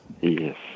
yes